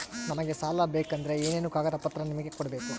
ನಮಗೆ ಸಾಲ ಬೇಕಂದ್ರೆ ಏನೇನು ಕಾಗದ ಪತ್ರ ನಿಮಗೆ ಕೊಡ್ಬೇಕು?